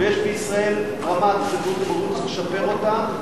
ויש בישראל רמה של ציוני בגרות שצריך לשפר אותה.